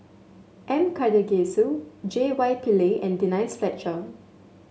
M Karthigesu J Y Pillay and Denise Fletcher